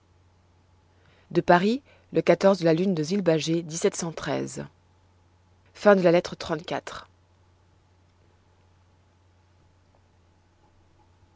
de paris le de la lune de